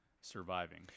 Surviving